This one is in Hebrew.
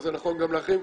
זה נכון גם לאחרים,